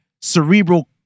cerebral